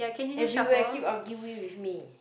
everywhere keep arguing with me